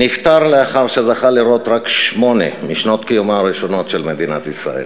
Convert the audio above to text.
נפטר לאחר שזכה לראות רק שמונה משנות קיומה הראשונות של מדינת ישראל.